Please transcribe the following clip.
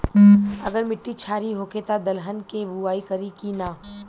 अगर मिट्टी क्षारीय होखे त दलहन के बुआई करी की न?